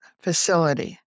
facility